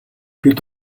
бид